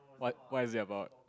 what what is it about